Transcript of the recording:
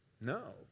No